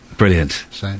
Brilliant